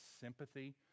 sympathy